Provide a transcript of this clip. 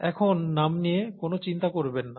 এখন নাম নিয়ে কোন চিন্তা করবেন না